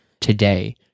today